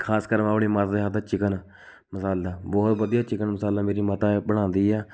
ਖਾਸ ਕਰਕੇ ਮੈਂ ਆਪਣੀ ਮਾਤਾ ਦੇ ਹੱਥ ਦਾ ਚਿਕਨ ਪਸੰਦ ਹੈ ਬਹੁਤ ਵਧੀਆ ਚਿਕਨ ਮਸਾਲਾ ਮੇਰੀ ਮਾਤਾ ਬਣਾਉਂਦੀ ਹੈ